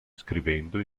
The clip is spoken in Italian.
scrivendo